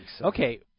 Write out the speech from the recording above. Okay